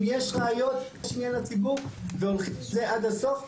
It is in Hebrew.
אם יש ראיות יש עניין לציבור והולכים עם זה עד הסוף.